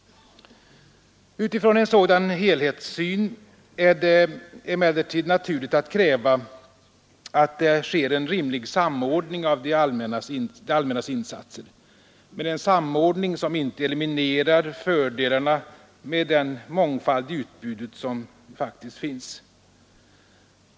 Utifrån en sådan helhetssyn är det emellertid naturligt att kräva, att det sker en rimlig samordning av det allmännas insatser, men en samordning som inte eliminerar fördelarna med den mångfald i utbudet som faktiskt finns.